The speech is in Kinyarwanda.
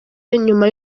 nyuma